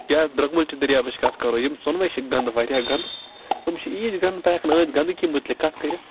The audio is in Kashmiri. یا درٛوٚگمُلچہِ دٔریابٕچ کَتھ کَرو یِم ژۄنوَے چھِ گنٛدٕ واریاہ گَنٛدٕ یِم چھِ ایٖتۍ گنٛدٕ بہٕ ہیٚکہٕ نہٕ إہٕنٛد گنٛدگی مُتلِق کَتھ کٔرِتھ